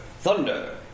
Thunder